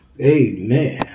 Amen